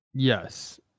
Yes